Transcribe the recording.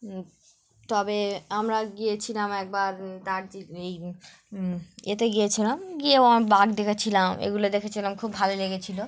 তবে আমরা গিয়েছিলাম একবার দার্জিলিং এই এতে গিয়েছিলাম গিয়ে বাঘ দেখেছিলাম এগুলো দেখেছিলাম খুব ভালো লেগেছিলো